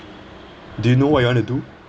do you know what you want to do